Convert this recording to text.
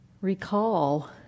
recall